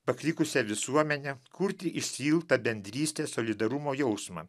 pakrikusią visuomenę kurti išsiilgtą bendrystės solidarumo jausmą